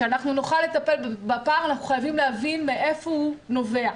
אנחנו חייבים להבין מאיפה הוא נובע.